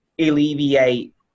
alleviate